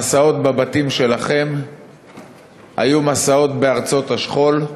המסעות בבתים שלכם היו מסעות בארצות השכול,